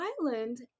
Island